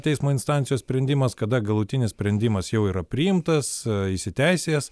teismo instancijos sprendimas kada galutinis sprendimas jau yra priimtas įsiteisėjęs